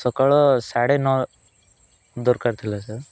ସକାଳ ସାଢ଼େ ନଅ ଦରକାର ଥିଲା ସାର୍